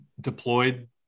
deployed